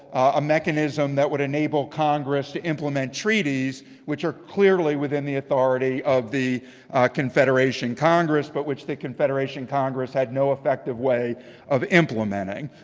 a mechanism that would enable congress to implement treaties which are clearly within the authority of the confederation congress, but which the confederation congress had no effective way of implementing.